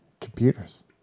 computers